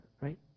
right